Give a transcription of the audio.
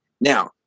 Now